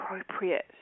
appropriate